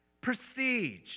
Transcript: prestige